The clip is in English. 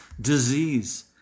disease